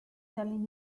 telling